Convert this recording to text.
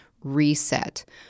reset